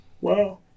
Wow